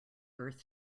earth